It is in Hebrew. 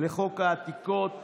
לחוק העתיקות.